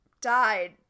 died